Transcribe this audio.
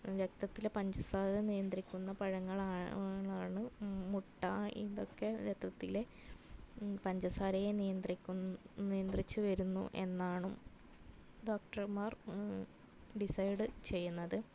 രക്തത്തിലെ പഞ്ചസാര നിയന്ത്രിക്കുന്ന പഴങ്ങളാ ആണ് മുട്ട ഇതൊക്കെ രക്തത്തിലെ പഞ്ചസാരയെ നിയന്ത്രിക്കുന്ന് നിയന്ത്രിച്ചു വരുന്നു എന്നാണ് ഡോക്ടർമാർ ഡിസൈഡ് ചെയ്യുന്നത്